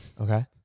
Okay